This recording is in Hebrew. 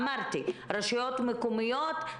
אמרתי - רשויות מקומיות,